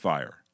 Fire